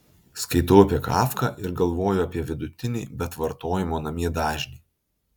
skaitau apie kafką ir galvoju apie vidutinį bet vartojimo namie dažnį